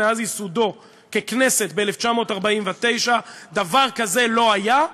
מאז ייסודו ככנסת ב-1949 דבר כזה לא היה.